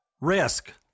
Risk